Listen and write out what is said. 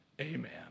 amen